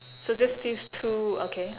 so just these two okay